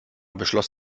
beschloss